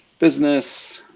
business,